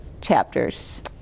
chapters